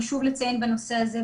חשוב לציין בנושא הזה,